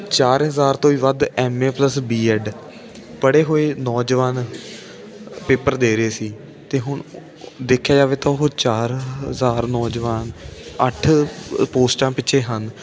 ਚਾਰ ਹਜ਼ਾਰ ਤੋਂ ਵੀ ਵੱਧ ਐਮਏ ਪਲਸ ਬੀ ਐਡ ਪੜ੍ਹੇ ਹੋਏ ਨੌਜਵਾਨ ਪੇਪਰ ਦੇ ਰਹੇ ਸੀ ਅਤੇ ਹੁਣ ਦੇਖਿਆ ਜਾਵੇ ਤਾਂ ਉਹ ਚਾਰ ਹਜ਼ਾਰ ਨੌਜਵਾਨ ਅੱਠ ਪੋਸਟਾਂ ਪਿੱਛੇ ਹਨ